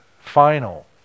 final